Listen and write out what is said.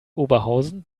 oberhausen